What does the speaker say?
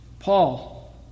Paul